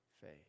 faith